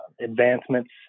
advancements